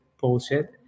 bullshit